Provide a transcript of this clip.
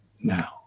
now